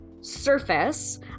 surface